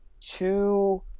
two